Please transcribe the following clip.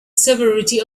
severity